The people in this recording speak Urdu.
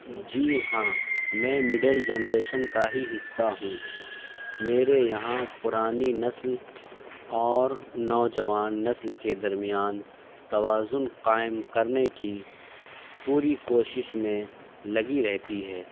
جی ہاں میں مڈل جنریشن کا ہی حصہ ہوں میرے یہاں پرانی نسل اور نوجوان نسل کے درمیان توازن قائم کرنے کی پوری کوشش میں لگی رہتی ہے